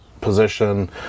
position